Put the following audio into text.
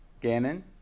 Gannon